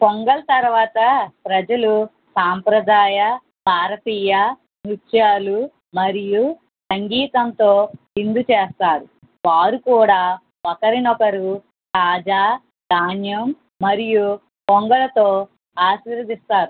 పొంగల్ తర్వాత ప్రజలు సాంప్రదాయ భారతీయ నృత్యాలు మరియు సంగీతంతో విందు చేస్తారు వారు కూడా ఒకరినొకరు కాజా ధాన్యం మరియు పొంగలితో ఆశీర్వదిస్తారు